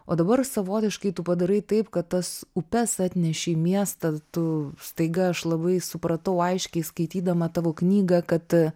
o dabar savotiškai tu padarai taip kad tas upes atneši į miestą tu staiga aš labai supratau aiškiai skaitydama tavo knygą kad